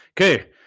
okay